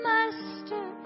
Master